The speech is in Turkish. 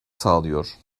sağlıyor